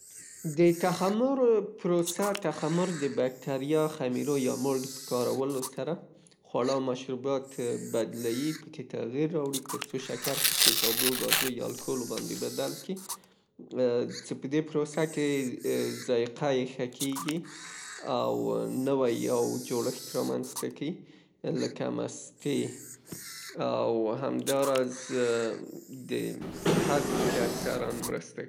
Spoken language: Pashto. د تخمر پروسه. تخمر د بکتریا یا خمیرو یا مالډ په کارولو سره خواړه او مشروبات بدلیی ، پکې تغیر راوړي؛ ترڅو شکر پکې په ګازو یا الکولو باندې بدل کي، څې پدې پروسه کې ذایقه یې ښه کیږي او نوي یو جوړښت رامنځته کیې لکه مستې او همداراز هضم کې اکثران مرسته.